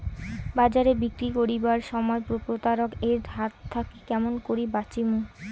বাজারে বিক্রি করিবার সময় প্রতারক এর হাত থাকি কেমন করি বাঁচিমু?